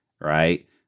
Right